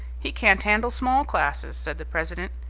he can't handle small classes, said the president.